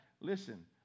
Listen